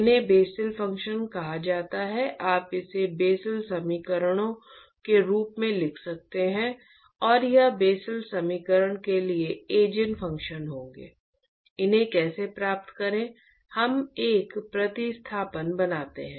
इन्हें Bessel function कहा जाता है आप इसे बेसेल समीकरणों के रूप में लिख सकते हैं और यह बेसेल समीकरण के लिए ईजेन फंक्शन होंगे इन्हें कैसे प्राप्त करें हम एक प्रतिस्थापन बनाते हैं